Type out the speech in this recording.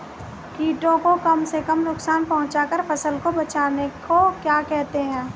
कीटों को कम से कम नुकसान पहुंचा कर फसल को बचाने को क्या कहते हैं?